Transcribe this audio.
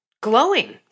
glowing